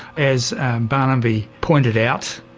as barnaby pointed out,